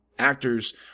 actors